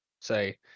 say